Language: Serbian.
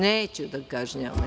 Neću da kažnjavam.